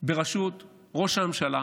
ברשות ראש הממשלה